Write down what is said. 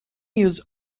use